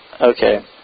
okay